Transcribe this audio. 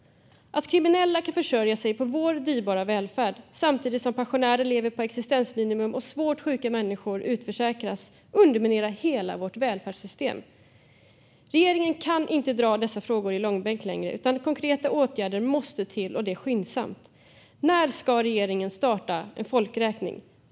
Att kriminella kan försörja sig på vår dyrbara välfärd samtidigt som pensionärer lever på existensminimum och svårt sjuka människor utförsäkras underminerar hela vårt välfärdssystem. Regeringen kan inte dra dessa frågor i långbänk längre, utan konkreta åtgärder måste till - och det skyndsamt. När ska regeringen starta en folkräkning?